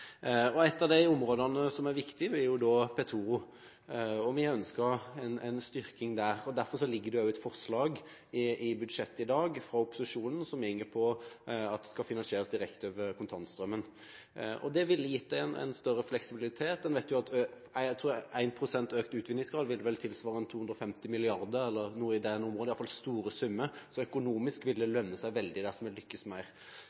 viktig. Et område som er viktig, vil være Petoro. Vi ønsker en styrking der. I dag ligger det derfor i innstillingen et forslag fra opposisjonen som går på at det skal finansieres direkte over kontantstrømmen. Det ville gitt en større fleksibilitet. Jeg tror at 1 pst. økt utvinningsgrad vil tilsvare 250 mrd. kr eller noe slikt – i hvert fall store summer. Så økonomisk vil det lønne seg veldig dersom vi lykkes mer.